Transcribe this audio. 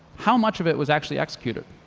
how much of it was actually executed?